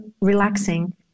relaxing